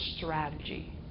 strategy